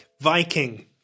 Viking